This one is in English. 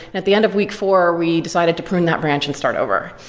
at the end of week four, we decided to prune that branch and start over.